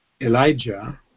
Elijah